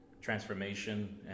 transformation